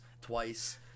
twice